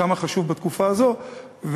כמה חשוב בתקופה הזאת,